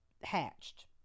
hatched